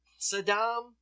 Saddam